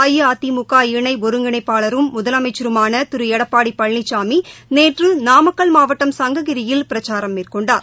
அஇஅதிமுக இணைஒருங்கிணைப்பாளரும் முதலமைச்சருமானதிருளடப்பாடிபழனிசாமிநேற்றுநாமக்கல் மாவட்டம் சங்ககிரியில் பிரச்சாரம் மேற்கொண்டார்